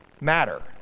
matter